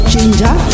Ginger